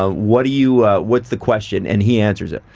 ah what do you what's the question and he answers it?